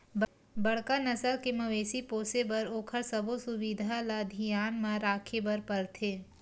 बड़का नसल के मवेशी पोसे बर ओखर सबो सुबिधा ल धियान म राखे बर परथे